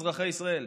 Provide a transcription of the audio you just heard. אזרחי ישראל,